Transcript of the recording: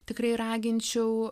tikrai raginčiau